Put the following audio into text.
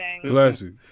Classic